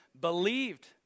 believed